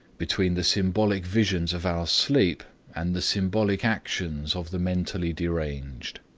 between the symbolic visions of our sleep and the symbolic actions of the mentally deranged.